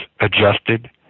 adjusted